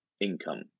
income